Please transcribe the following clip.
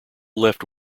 left